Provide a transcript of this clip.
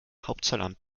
hauptzollamt